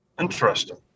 Interesting